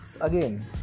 again